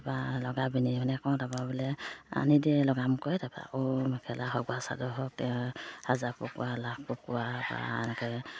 তাপা লগাবিনি মানে কওঁ তাপা বোলে আনি দিয়ে লগাম কয় তাৰপা আকৌ মেখেলা হওক বা চাদৰ হওক হাজাৰ কুকুৰা লাখ কুকুৰা বা এনেকৈ